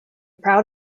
proud